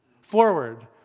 forward